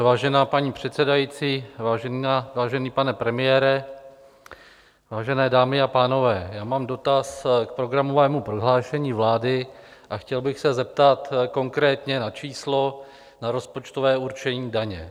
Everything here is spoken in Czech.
Vážená paní předsedající, vážený pane premiére, vážené dámy a pánové, já mám dotaz k programovému prohlášení vlády a chtěl bych se zeptat konkrétně na číslo na rozpočtové určení daně.